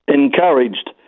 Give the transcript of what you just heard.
encouraged